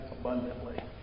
abundantly